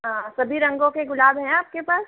हाँ सभी रंगों के गुलाब है आपके पास